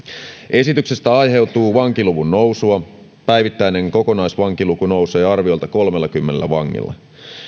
esityksestä aiheutuu vankiluvun nousua päivittäinen kokonaisvankiluku nousee arviolta kolmellakymmenellä vangilla